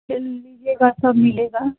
जो लीजिएगा सब मिलेगा